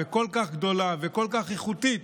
כל כך גדולה וכל כך איכותית,